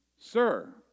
Sir